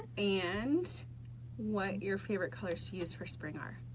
and what your favorite colors to use for spring are.